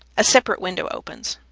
a separate window opens.